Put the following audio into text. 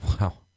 Wow